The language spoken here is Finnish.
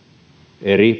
eri